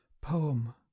poem